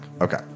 Okay